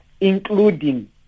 including